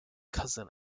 cousin